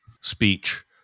speech